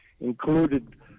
included